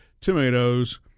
tomatoes